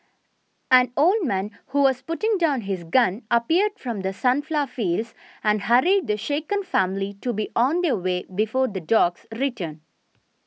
an old man who was putting down his gun appeared from the sunflower fields and hurried the shaken family to be on their way before the dogs return